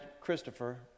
Christopher